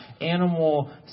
animal